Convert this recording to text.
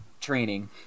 training